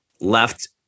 left